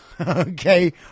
okay